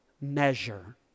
measure